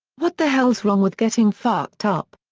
what the hell's wrong with getting fucked up?